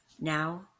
now